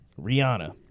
Rihanna